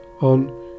on